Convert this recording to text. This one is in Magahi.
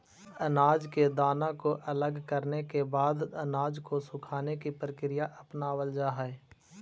अनाज के दाना को अलग करने के बाद अनाज को सुखाने की प्रक्रिया अपनावल जा हई